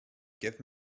give